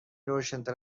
روشنتر